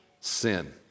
sin